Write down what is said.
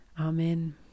Amen